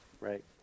right